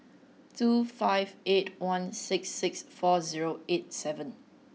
two five eight one six six four zero eight seven